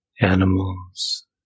animals